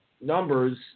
numbers –